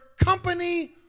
company